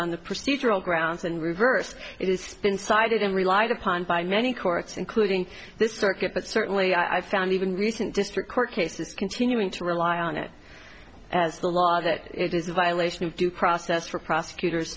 on the procedural grounds and reversed it is spin sided and relied upon by many courts including this circuit but certainly i found even recent district court cases continuing to rely on it as the law that it is a violation of due process for prosecutors